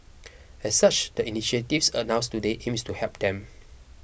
as such the initiatives announced today aims to help them